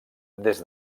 des